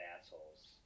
assholes